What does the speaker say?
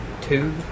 two